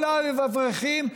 כל האברכים,